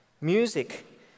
music